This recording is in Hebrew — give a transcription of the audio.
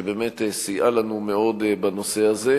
שבאמת סייעה לנו מאוד בנושא הזה,